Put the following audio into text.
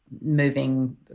moving